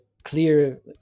Clear